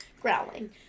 growling